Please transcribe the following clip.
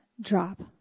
drop